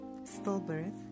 stillbirth